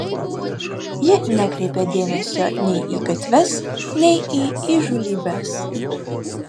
ji nekreipė dėmesio nei į gatves nei į įžūlybes